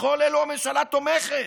בכל אלו הממשלה תומכת,